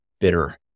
bitter